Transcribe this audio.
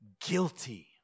guilty